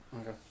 Okay